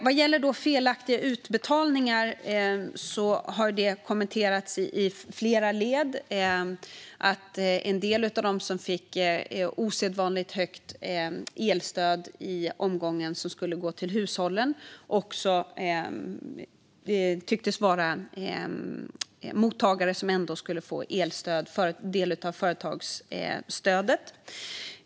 Vad gäller felaktiga utbetalningar har det kommenterats i flera led att en del av dem som fick osedvanligt högt elstöd i den omgång som skulle gå till hushållen tycktes vara mottagare som ändå skulle få ta del av företagsstödet.